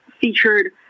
featured